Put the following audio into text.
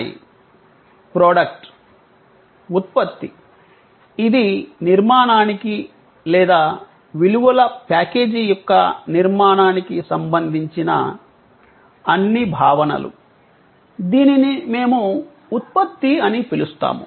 "product" ఉత్పత్తి ఇది నిర్మాణానికి లేదా విలువల ప్యాకేజీ యొక్క నిర్మాణానికి సంబంధించిన అన్ని భావనలు దీనిని మేము ఉత్పత్తి అని పిలుస్తాము